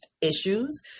issues